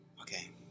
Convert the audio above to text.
Okay